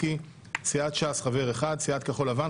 התשפ"ב 2021 (פ/2245/24); סמכויות הוועדה: